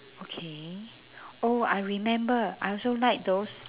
okay oh I remember I also like those